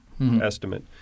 estimate